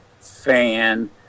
fan